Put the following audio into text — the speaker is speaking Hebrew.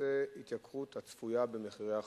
בנושא ההתייקרות הצפויה של החשמל.